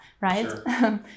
right